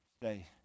stay